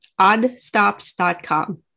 Oddstops.com